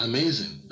Amazing